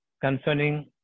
concerning